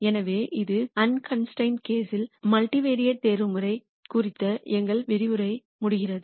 எனவே இது அண்கன்ஸ்டிரெயின்டு கேஸ்யில் மல்டிவெரைட் தேர்வுமுறை குறித்த எங்கள் விரிவுரை முடிக்கிறது